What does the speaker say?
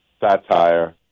satire